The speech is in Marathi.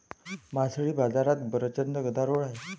मासळी बाजारात प्रचंड गदारोळ आहे